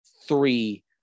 three